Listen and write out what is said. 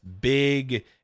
big